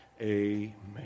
Amen